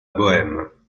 bohême